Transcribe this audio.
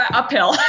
uphill